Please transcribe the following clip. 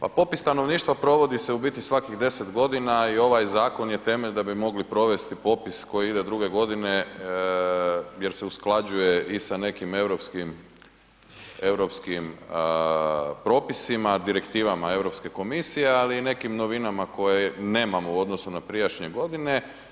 Pa popis stanovništva provodi se u biti svakih 10 g. i ovaj zakon je temelj da bi mogli provesti popis koji ide druge godine jer se usklađuje i sa nekim europskim propisima, direktivama Europske komisije ali i nekim novinama koje nemamo u odnosu na prijašnje godine.